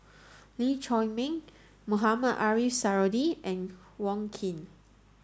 Lee Chiaw Meng Mohamed Ariff Suradi and Wong Keen